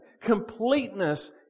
completeness